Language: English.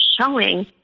showing